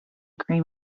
cream